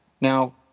Now